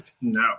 no